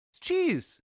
cheese